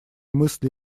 мысли